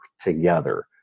together